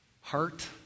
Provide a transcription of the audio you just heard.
Heart